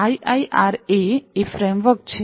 આ આઈઆઈઆરએ એ ફ્રેમવર્ક છે